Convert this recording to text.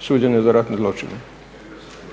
suđenje za ratne zločine.